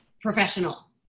professional